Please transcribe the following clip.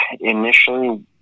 initially